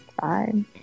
Fine